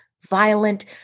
violent